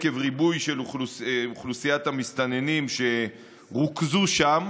עקב ריבוי של אוכלוסיית המסתננים שרוכזו שם,